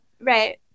right